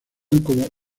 como